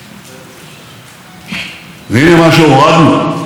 הורדנו את האבטלה לשפל היסטורי.